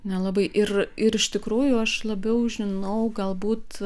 nelabai ir ir iš tikrųjų aš labiau žinau galbūt